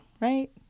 Right